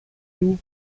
του